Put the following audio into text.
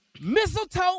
Mistletoe